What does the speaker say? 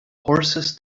horses